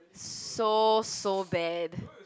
so so bad